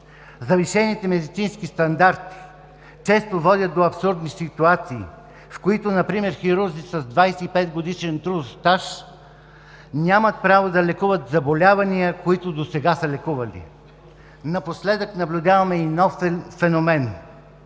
Завишените медицински стандарти често водят до абсурдни ситуации, в които например хирурзи с 25-годишен стаж нямат право да лекуват заболявания, които досега са лекували. Напоследък наблюдаваме и нов феномен